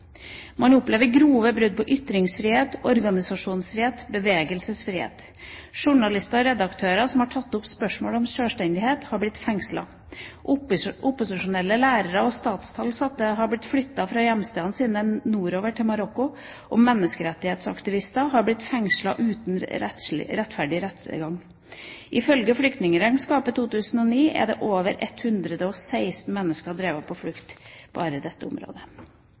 Man opplever grove brudd på ytringsfriheten, organisasjonsfriheten og bevegelsesfriheten. Journalister og redaktører som har tatt opp spørsmålet om sjølstendighet, har blitt fengslet. Opposisjonelle lærere og statsansatte har blitt flyttet fra hjemstedene sine, nordover til Marokko, og menneskerettighetsaktivister har blitt fengslet uten rettferdig rettergang. Ifølge Flyktningregnskapet 2009 er over 116 000 mennesker drevet på flukt bare i dette området.